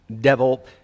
devil